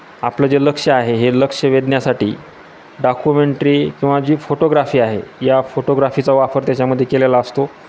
आपलं जे लक्ष आहे हे लक्ष वेधण्यासाठी डाकुमेंटरी किंवा जी फोटोग्राफी आहे या फोटोग्राफीचा वापर त्याच्यामध्ये केलेला असतो